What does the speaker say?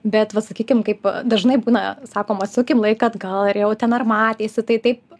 bet va sakykim kaip dažnai būna sakoma atsukim laiką atgal ir jau ten ar matėsi tai taip